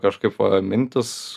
kažkaip va mintis